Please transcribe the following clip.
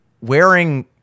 wearing